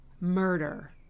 murder